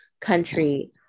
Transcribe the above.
country